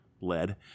led